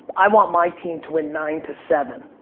i want my team to win nine to seven,